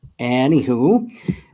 Anywho